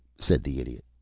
said the idiot.